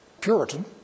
Puritan